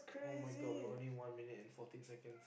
[oh]-my-god we only one minute and fourteen seconds